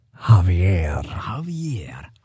Javier